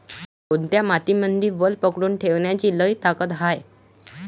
कोनत्या मातीमंदी वल पकडून ठेवण्याची लई ताकद हाये?